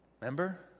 Remember